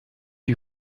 you